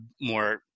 more